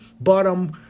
bottom